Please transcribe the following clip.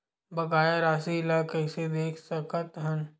बकाया राशि ला कइसे देख सकत हान?